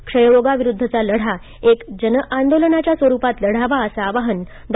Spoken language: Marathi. क्षयरोगाविरुध्दचा लढा एक जनआंदोलनाच्या स्वरुपात लढावा असं आवाहन डॉ